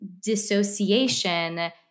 dissociation